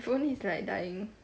phone is like dying